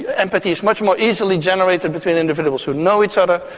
empathy is much more easily generated between individuals who know each other,